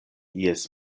ies